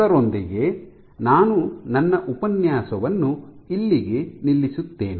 ಅದರೊಂದಿಗೆ ನಾನು ನನ್ನ ಉಪನ್ಯಾಸವನ್ನು ಇಲ್ಲಿಗೆ ನಿಲ್ಲಿಸುತ್ತೇನೆ